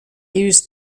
used